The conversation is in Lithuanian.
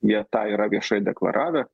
jie tą yra viešai deklaravę